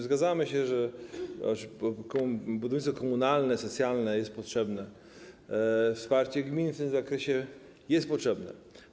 Zgadzamy się, że budownictwo komunalne, socjalne jest potrzebne, wsparcie gmin w tym zakresie jest potrzebne.